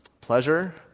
pleasure